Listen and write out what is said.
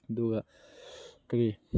ꯑꯗꯨꯒ ꯀꯔꯤ